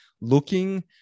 looking